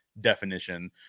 definition